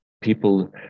people